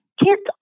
Kids